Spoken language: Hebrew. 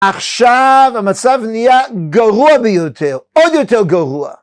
עכשיו המצב נהיה גרוע ביותר, עוד יותר גרוע.